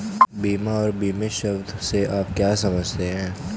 बीमा और बीमित शब्द से आप क्या समझते हैं?